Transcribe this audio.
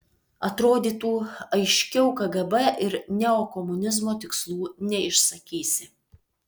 atrodytų aiškiau kgb ir neokomunizmo tikslų neišsakysi